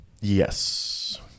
Yes